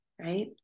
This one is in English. right